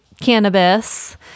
cannabis